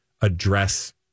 address